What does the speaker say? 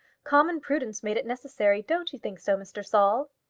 common prudence made it necessary. don't you think so, mr. saul?